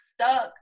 stuck